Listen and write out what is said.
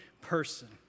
person